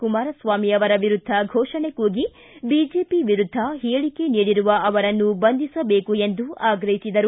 ಕುಮಾರಸ್ವಾಮಿ ವಿರುದ್ದ ಘೋಷಣೆ ಕೂಗಿ ರಾಜದ್ರೋಹದ ಹೇಳಿಕೆ ನೀಡಿರುವ ಅವರನ್ನು ಬಂಧಿಸಬೇಕು ಎಂದು ಆಗ್ರಹಿಸಿದರು